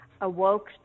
awoke